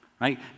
Right